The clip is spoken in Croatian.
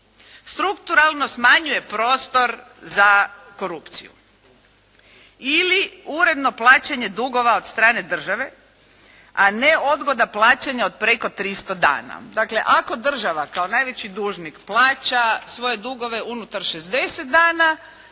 strukturalno smanjuje prostor za korupciju ili uredno plaćanje dugova od strane države, a ne odgoda plaćanja od preko 300 dana. Dakle, ako država kao najveći dužnik plaća svoje dugove unutar 60 dana,